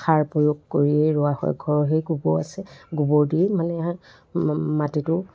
সাৰ প্ৰয়োগ কৰিয়ে ৰোৱা হয় ঘৰৰে গোবৰ আছে গোবৰ দি মানে মাটিটো